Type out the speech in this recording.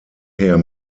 her